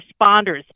responders